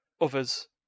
others